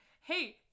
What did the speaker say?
hey